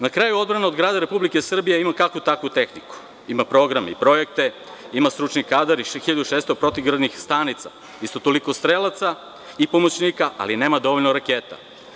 Na kraju, odbrana od grada Republike Srbije ima kakvu-takvu tehniku, ima programe i projekte, ima stručni kadar i hiljadu 600 protivgradnih stanica, isto toliko strelaca i pomoćnika, ali nema dovoljno raketa.